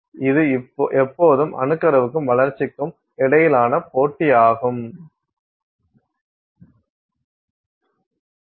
இது எப்போதும் அணுக்கருவுக்கும் வளர்ச்சிக்கும் இடையிலான போட்டியாகும்